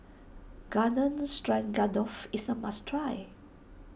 Garden Stroganoff is a must try